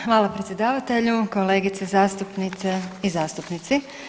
Hvala predsjedavatelju, kolegice zastupnice i zastupnici.